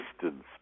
distance